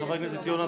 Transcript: חבר הכנסת יונה,